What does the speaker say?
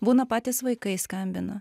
būna patys vaikai skambina